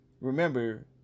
remember